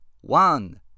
one